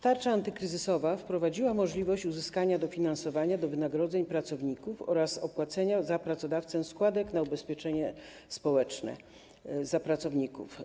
Tarcza antykryzysowa wprowadziła możliwość uzyskania dofinansowania do wynagrodzeń pracowników oraz opłacenia za pracodawcę składek na ubezpieczenie społeczne pracowników.